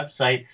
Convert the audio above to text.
website